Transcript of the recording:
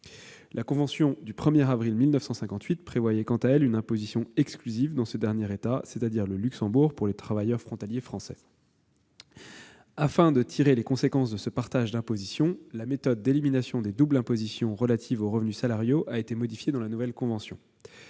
La convention du 1 avril 1958 prévoyait quant à elle une imposition exclusive dans ce dernier État, c'est-à-dire le Luxembourg pour les travailleurs frontaliers français. Afin de tirer les conséquences de ce partage d'imposition, la méthode d'élimination des doubles impositions relative aux revenus salariaux a été modifiée dans la nouvelle convention.